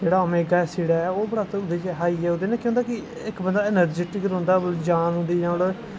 Aramaic acid ऐ ओह् बड़ा हाई ऐ ओह्दे नै केह् होंदा कि इक बंदा अनैरजैटिक रौंह्दा मतलब जान औंदी